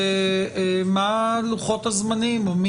ומה לוחות הזמנים או,